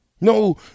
no